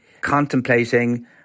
contemplating